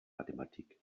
mathematik